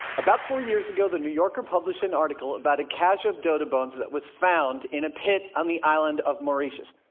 about four years ago, the new yorker published an article about a cache of dodo bones that was found in a pit on the island of mauritius.